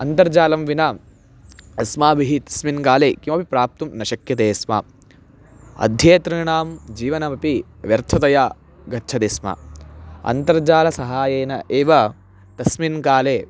अन्तर्जालं विना अस्माभिः तस्मिन् काले किमपि प्राप्तुं न शक्यते स्म अध्येतॄणां जीवनमपि व्यर्थतया गच्छति स्म अन्तर्जालसहाय्येन एव तस्मिन्काले